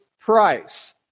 Price